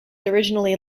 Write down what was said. originally